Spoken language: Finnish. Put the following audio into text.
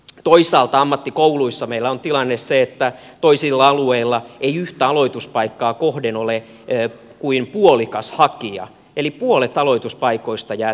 toisaalta ammattikouluissa meillä on se tilanne että toisilla alueilla yhtä aloituspaikkaa kohden ei ole kuin puolikas hakija eli puolet aloituspaikoista jää tyhjäksi